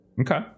Okay